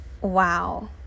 wow